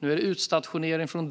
Nu när vi implementerar mobilitetspaketet är det utstationering som gäller från